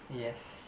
yes